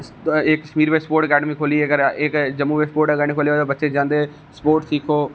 इक कशमीर बिच cricket academy खोह्ली इक जम्मू बिच सपोट्स आकैडमी खोह्ली उस च बच्चे जंदे उस च स्पोटस सिक्खो